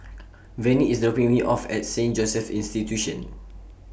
Venie IS dropping Me off At Saint Joseph's Institution